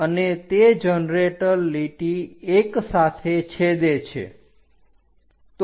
અને તે જનરેટર લીટી 1 સાથે છેદે છે